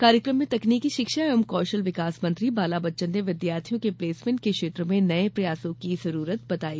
कार्यक्रम में तकनीकी शिक्षा एवं कौशल विकास मंत्री बाला बच्चन ने विद्यार्थियों के प्लेसमेंट के क्षेत्र में नये प्रयासों की जरूरत बताई